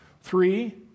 Three